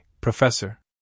Professor